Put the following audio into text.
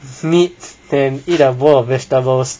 meat then eat a bowl of vegetables